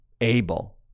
able